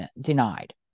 denied